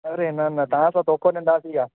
अड़े न न तव्हां सां ॾींदासीं या